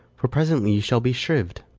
for presently you shall be shriv'd.